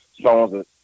songs